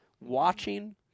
watching